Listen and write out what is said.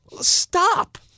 Stop